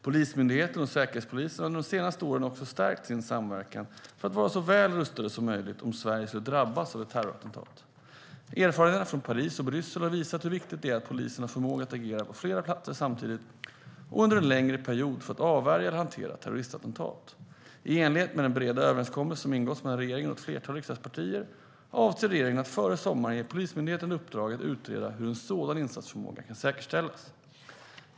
Polismyndigheten och Säkerhetspolisen har under de senaste åren också stärkt sin samverkan för att vara så väl rustade som möjligt om Sverige skulle drabbas av ett terrorattentat. Erfarenheterna från Paris och Bryssel har visat hur viktigt det är att polisen har förmåga att agera på flera platser samtidigt och under en längre period för att avvärja eller hantera terroristattentat. I enlighet med den breda överenskommelse som ingåtts mellan regeringen och ett flertal riksdagspartier avser regeringen att före sommaren ge Polismyndigheten i uppdrag att utreda hur en sådan insatsförmåga kan säkerställas.